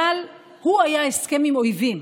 אבל הוא היה הסכם עם אויבים.